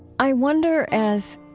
i wonder as,